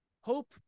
hope